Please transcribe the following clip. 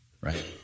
right